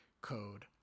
code